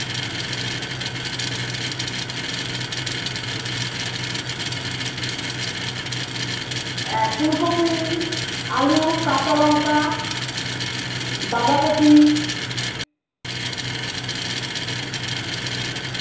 হ্যাঁ ফুলকপি আলু কাঁচা লঙ্কা বাঁধাকপি